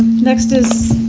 next is